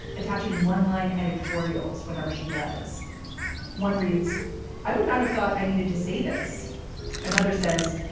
attaching one line. editorials whenever she does one reads i would not have thought i needed to say this another says